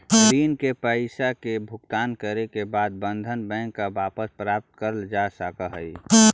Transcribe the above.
ऋण के पईसा के भुगतान करे के बाद बंधन बैंक से वापस प्राप्त करल जा सकऽ हई